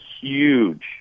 huge